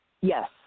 Yes